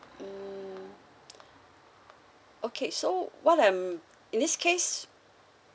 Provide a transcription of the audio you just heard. mm okay so what I'm in this case